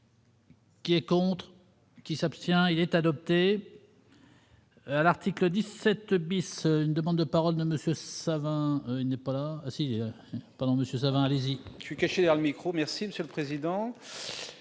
Qui est contre. Qui s'abstient. Il est adopté.